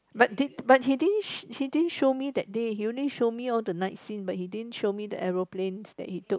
but did but he didn't he didn't show me that day he only show me all the night scene but he didn't show me the aeroplanes that he took